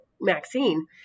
Maxine